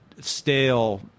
stale